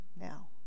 now